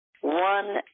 one